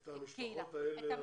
את המשפחות האלה.